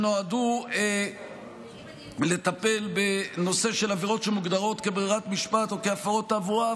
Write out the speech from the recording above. שנועד לטפל בנושא של עבירות שמוגדרות כברירת משפט או כהפרות תעבורה,